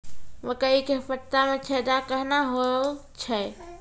मकई के पत्ता मे छेदा कहना हु छ?